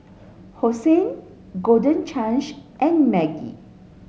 Hosen Golden Chance and Maggi